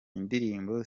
indirimbo